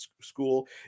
school